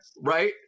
right